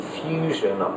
fusion